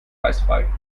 eisfrei